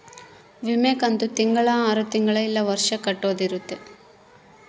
ವಿಮೆ ಕಂತು ತಿಂಗಳ ಆರು ತಿಂಗಳ ಇಲ್ಲ ವರ್ಷ ಕಟ್ಟೋದ ಇರುತ್ತ